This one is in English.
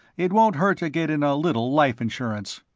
it won't hurt to get in a little life-insurance.